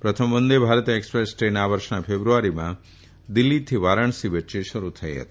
પ્રથમ Vande Bharat express train આ વર્ષના ફેબ્રુઆરીમાં દિલ્હી થી વારાણસી વચ્ચે શરુ થઇ હતી